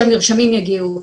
שהמרשמים יגיעו,